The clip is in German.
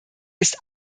ist